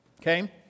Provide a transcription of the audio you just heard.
okay